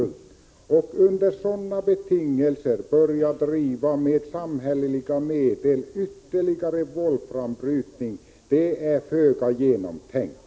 Att föreslå att vi under sådana betingelser med samhälleliga medel skulle börja driva ytterligare volframbrytning är föga genomtänkt.